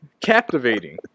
captivating